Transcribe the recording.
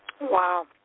Wow